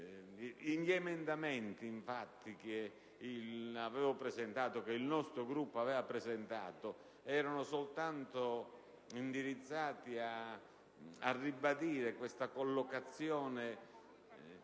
Gli emendamenti che il nostro Gruppo aveva presentato erano indirizzati soltanto a ribadire questa collocazione